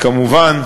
כמובן,